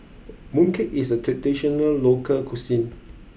Mooncake is a traditional local cuisine